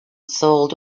sold